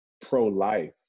pro-life